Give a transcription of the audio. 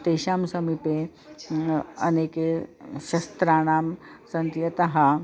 तेषां समीपे अनेके शस्त्राणि सन्ति अतः